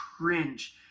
cringe